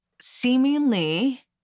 seemingly